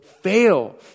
fail